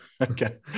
okay